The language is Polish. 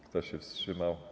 Kto się wstrzymał?